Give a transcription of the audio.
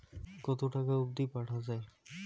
কতো টাকা অবধি পাঠা য়ায়?